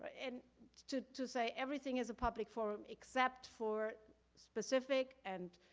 and to to say everything is a public forum except for specific and,